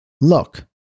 look